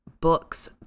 books